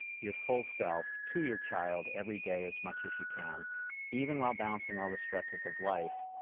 your full self to your child every day as much as you can even while balancing all the stresses of life.